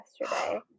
yesterday